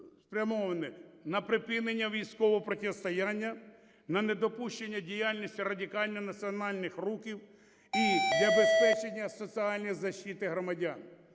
за все на припинення військового протистояння, на недопущення діяльності радикально-національних рухів і забезпечення соціальної защиты громадян.